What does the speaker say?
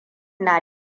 na